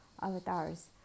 avatars